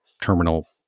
terminal